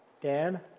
Dan